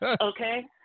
Okay